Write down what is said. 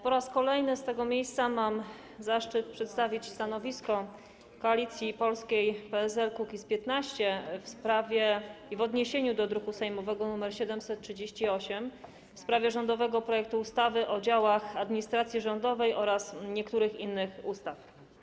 Po raz kolejny z tego miejsca mam zaszczyt przedstawić stanowisko Koalicji Polskiej - PSL - Kukiz15 w odniesieniu do druku sejmowego nr 738 w sprawie rządowego projektu ustawy o działach administracji rządowej oraz niektórych innych ustaw.